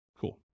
Cool